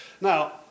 Now